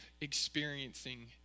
experiencing